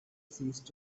ceased